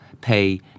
pay